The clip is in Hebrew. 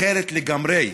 אחרת לגמרי.